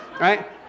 Right